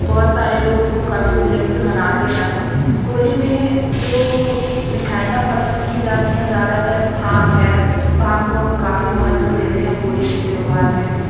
बहुत सारे लोग इसको काफ़ी उल्लेख से मनाते हैं होली में जो मिठाईयाँ पसंद की जाती है ज़्यादातर भांग है भांग को हम काफ़ी महत्व देते है होली के त्योहार में